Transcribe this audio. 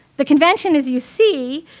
the convention, as you see,